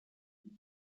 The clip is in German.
und